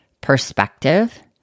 perspective